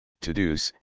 to-dos